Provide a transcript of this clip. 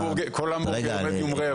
כל המבורגר מדיום רייר הוא בשר נא.